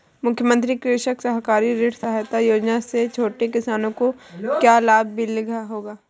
मुख्यमंत्री कृषक सहकारी ऋण सहायता योजना से छोटे किसानों को क्या लाभ होगा?